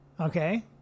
Okay